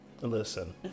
listen